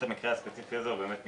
המקסימום הוא מאוד גמיש.